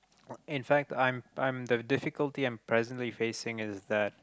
or in fact I'm I'm the difficulty I'm presently facing is that